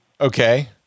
okay